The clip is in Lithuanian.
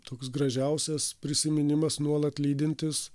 toks gražiausias prisiminimas nuolat lydintis